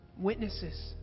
Witnesses